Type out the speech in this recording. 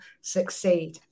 succeed